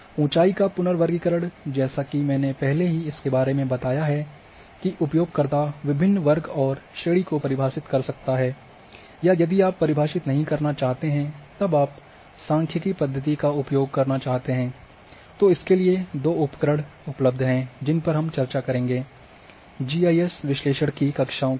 ऊंचाई का पुनर्वर्गीकरण जैसा कि मैंने पहले ही इसके बारे में बताया है कि उपयोगकर्ता विभिन्न वर्ग और श्रेणी को परिभाषित कर सकता हैं या यदि आप परिभाषित नहीं करना चाहते हैं तब आप सांख्यिकीय पद्धति का उपयोग करना चाहते हैं तो इसके लिए दो उपकरण उपलब्ध हैं जिन पर हम चर्चा करेंगे जीआईएस विश्लेषण के बाद की कक्षाओं में